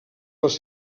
les